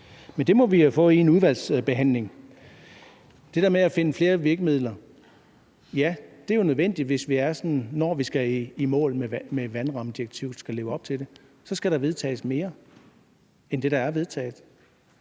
men det må vi få svar på i en udvalgsbehandling. Til det der med at finde flere virkemidler vil jeg sige, at ja, det er nødvendigt, når vi skal i mål med vandrammedirektivet og skal leve op til det. Så skal der vedtages mere end det, der er vedtaget,